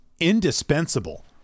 indispensable